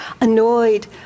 annoyed